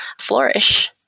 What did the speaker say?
flourish